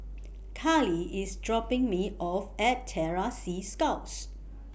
Karlee IS dropping Me off At Terror Sea Scouts